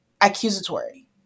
accusatory